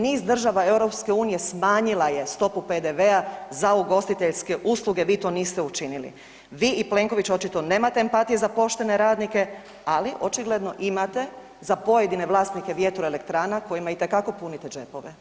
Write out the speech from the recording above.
Niz država EU smanjila je stopu PDV-a za ugostiteljske usluge vi to niste učinili, vi i Plenković očito nemate empatije za poštene radnike, ali očigledno imate za pojedine vlasnike vjetroelektrana kojima itekako punite džepove.